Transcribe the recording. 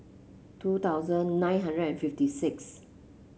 two thousand nine hundred and fifty six